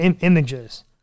images